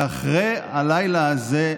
ואחרי הלילה הזה,